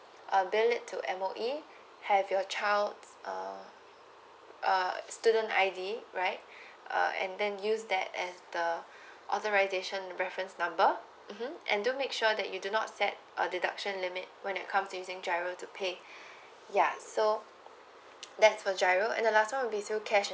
uh bill it to M_O_E have your child uh uh student I D right uh and then use that as the authorization reference number mmhmm and do make sure that you do not set a deduction limit when it comes to using G_I_R_O to pay ya so that's for G_I_R_O and the last one will be cash